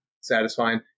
satisfying